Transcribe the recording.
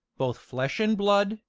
both flesh and blood,